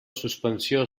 suspensió